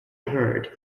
heard